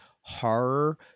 horror